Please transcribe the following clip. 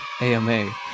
AMA